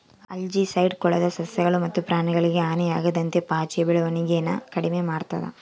algicide ಕೊಳದ ಸಸ್ಯಗಳು ಮತ್ತು ಪ್ರಾಣಿಗಳಿಗೆ ಹಾನಿಯಾಗದಂತೆ ಪಾಚಿಯ ಬೆಳವಣಿಗೆನ ಕಡಿಮೆ ಮಾಡ್ತದ